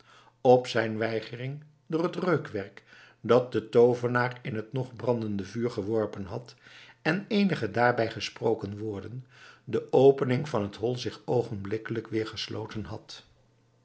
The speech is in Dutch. op zijn weigering door het reukwerk dat de toovenaar in het nog brandende vuur geworpen had en eenige daarbij gesproken woorden de opening van het hol zich oogenblikkelijk weer gesloten had